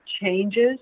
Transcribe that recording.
changes